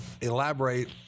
elaborate